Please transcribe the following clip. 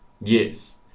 yes